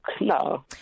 No